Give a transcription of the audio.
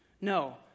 No